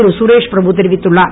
கரேஷ் பிரபு தெரிவித்துள்ளார்